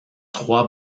trois